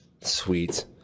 sweet